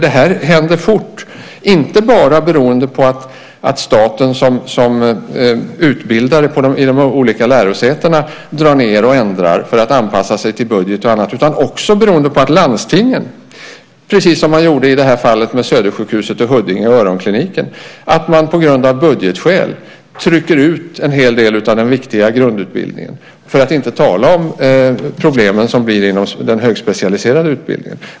Det här händer fort, inte bara beroende på att staten som utbildare på de olika lärosätena drar ned och ändrar för att anpassa sig till budget och annat utan också beroende på att landstingen, precis som man gjorde i det här fallet med Södersjukhuset, Huddinge och öronkliniken, på grund av budgetskäl trycker ut en hel del av den viktiga grundutbildningen - för att inte tala om en del av de problem som uppstår inom den högspecialiserade utbildningen.